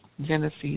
Genesis